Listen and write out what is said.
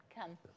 Come